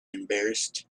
embarrassed